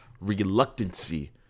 reluctancy